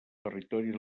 territori